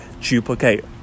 duplicate